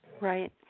Right